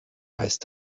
heißt